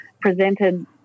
presented